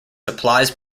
supplies